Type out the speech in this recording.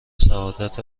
سعادت